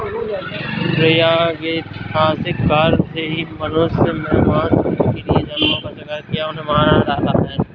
प्रागैतिहासिक काल से मनुष्य ने मांस के लिए जानवरों का शिकार किया, उन्हें मार डाला